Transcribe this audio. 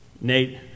Nate